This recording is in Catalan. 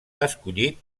escollit